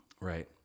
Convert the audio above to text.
Right